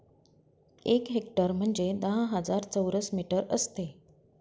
एक हेक्टर म्हणजे दहा हजार चौरस मीटर असते